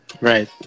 Right